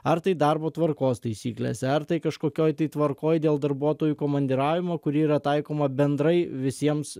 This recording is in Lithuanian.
ar tai darbo tvarkos taisyklėse ar tai kažkokioj tai tvarkoj dėl darbuotojų komandiravimo kuri yra taikoma bendrai visiems